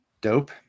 Dope